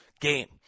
game